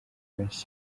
benshi